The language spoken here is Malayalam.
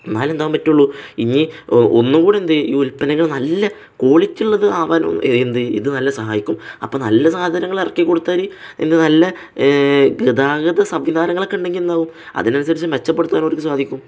എന്നാലെ എന്താകാന് പറ്റുകയുള്ളൂ ഇനി ഒന്നുകൂടി എന്താണ് ഈ ഉൽപ്പന്നങ്ങൾ നല്ല ക്വാളിറ്റിയുള്ളതാകാനും എന്താണ് ഇത് നന്നായി സഹായിക്കും അപ്പോള് നല്ല സാധനങ്ങള് ഇറക്കിക്കൊടുത്താല് എന്താണ് നല്ല ഗതാഗത സംവിധാനങ്ങളൊക്കെ ഉണ്ടെങ്കില് എന്താകും അതിനനുസരിച്ച് മെച്ചപ്പെടുത്താന് അവർക്ക് സാധിക്കും